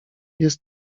jest